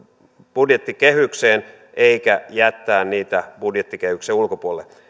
budjettikehykseen eivätkä jättää niitä budjettikehyksen ulkopuolelle